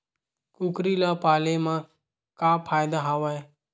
कुकरी ल पाले म का फ़ायदा हवय?